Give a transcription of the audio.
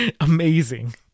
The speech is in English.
amazing